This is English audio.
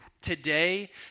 today